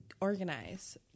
organize